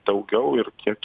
daugiau ir kiek